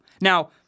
Now